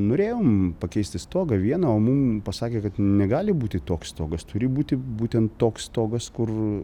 norėjom pakeisti stogą vieną o mums pasakė kad negali būti toks stogas turi būti būtent toks stogas kur